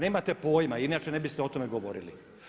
Nemate pojma inače ne biste o tome govorili.